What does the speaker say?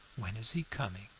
when is he coming?